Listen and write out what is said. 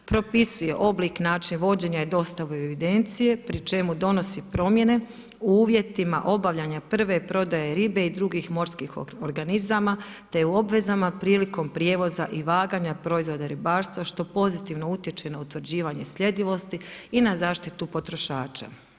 Propisuje oblik, način vođenja i dostavu evidencije pri čemu donosi promjene u uvjetima obavljanja prve prodaje ribe i drugih morskih organizama, te je u obvezama prilikom prijevoza i vaganja proizvoda ribarstva što pozitivno utječe na utvrđivanje sljedivosti i na zaštitu potrošača.